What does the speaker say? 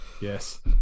Yes